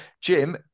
Jim